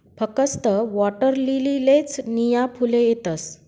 फकस्त वॉटरलीलीलेच नीया फुले येतस